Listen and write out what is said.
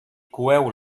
coeu